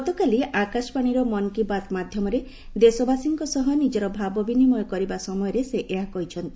ଗତକାଲି ଆକାଶବାଣୀର ମନ୍ କି ବାତ୍ ମାଧ୍ୟମରେ ଦେଶବାସୀଙ୍କ ସହ ନିଜର ଭାବ ବିନିମୟ କରିବା ସମୟରେ ସେ ଏହା କହିଛନ୍ତି